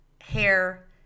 hair